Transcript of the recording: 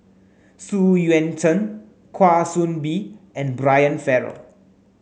Xu Yuan Zhen Kwa Soon Bee and Brian Farrell